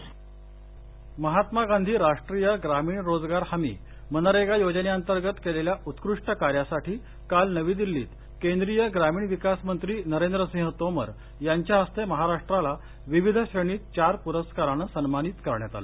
मनरेगा महात्मा गांधी राष्ट्रीय ग्रामीण रोजगार हमी मनरेगा योजनंतर्गत केलेल्या उत्कृष्ट कार्यासाठी काल नवी दिल्लीत केंद्रीय ग्रामीण विकास मंत्री नरेंद्रसिंह तोमर यांच्या हस्ते महाराष्ट्राला विविध श्रेणीत चार प्रस्कारानं सन्मानित करण्यात आलं